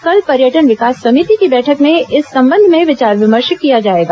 कल पर्यटन विकास समिति की बैठक में इस संबंध में विचार विमर्श किया जाएगा